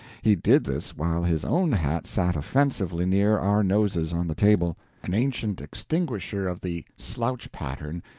he did this while his own hat sat offensively near our noses, on the table an ancient extinguisher of the slouch pattern,